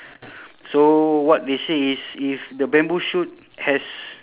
so what they say is if the bamboo shoot has